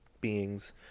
beings